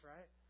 Right